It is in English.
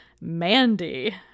Mandy